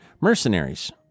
mercenaries